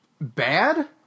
bad